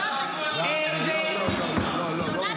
תסבירי למה אתם --- לא לא לא.